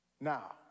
Now